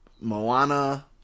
Moana